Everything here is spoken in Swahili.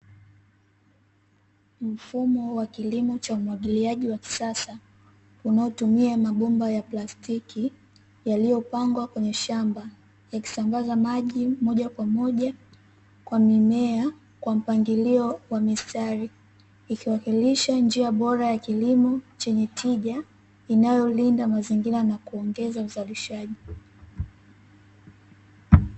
Mfumo wa kilimo cha umwagiliaji wa kisasa, unaotumia mabomba ya plastiki yaliyopangwa kwenye shamba, yakisambaza maji mojakwamoja kwa mimea kwa mpangilio wa mistari, ikiwakilisha njia bora ya kilimo chenye tija, inayolinda mazingira na kuongeza uzalishaji.